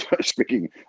speaking